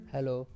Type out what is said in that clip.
Hello